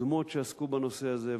קודמות שעסקו בנושא הזה,